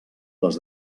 les